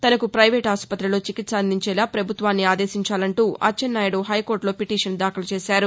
తనకు ప్రైవేటు ఆస్పతిలో చికిత్స అందించేలా ప్రభుత్వాన్ని ఆదేశించాలంటూ అచ్చెన్నాయుడు హైకోర్టులో పిటీషన్ దాఖలు చేశారు